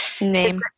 name